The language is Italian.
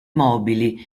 mobili